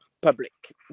public